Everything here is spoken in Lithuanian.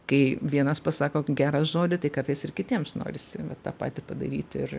kai vienas pasako gerą žodį tai kartais ir kitiems norisi tą patį padaryti ir